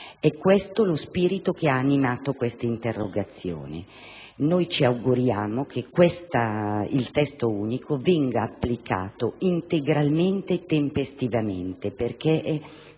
È questo lo spirito che ha animato la nostra interrogazione. Ci auguriamo dunque che il Testo unico venga applicato integralmente e tempestivamente, perché